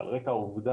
לכן על רקע העובדה